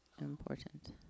important